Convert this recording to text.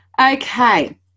Okay